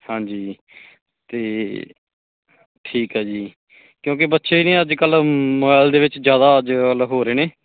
ਹਾਂਜੀ ਅਤੇ ਠੀਕ ਆ ਜੀ ਕਿਉਂਕਿ ਬੱਚੇ ਨੇ ਅੱਜ ਕੱਲ੍ਹ ਮੋਬਾਈਲ ਦੇ ਵਿੱਚ ਜ਼ਿਆਦਾ ਅੱਜ ਕੱਲ੍ਹ ਹੋ ਰਹੇ ਨੇ